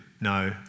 no